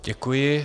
Děkuji.